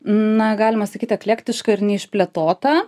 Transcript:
na galima sakyt eklektiška ir neišplėtota